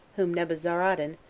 whom nebuzaradan,